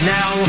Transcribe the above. Now